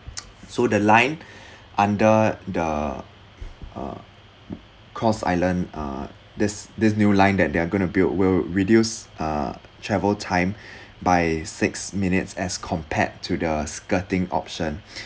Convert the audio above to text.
so the line under the uh cross island uh this this new line that they're gonna build will reduce uh travel time by six minutes as compared to the skirting option